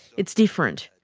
it's different.